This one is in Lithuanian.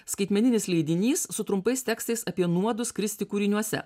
skaitmeninis leidinys su trumpais tekstais apie nuodus kristi kūriniuose